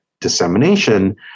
dissemination